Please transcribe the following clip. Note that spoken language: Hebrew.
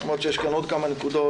למרות שיש כאן עוד כמה נקודות,